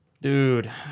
Dude